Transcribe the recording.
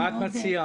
מה את מציעה?